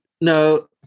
No